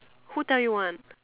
who tell you one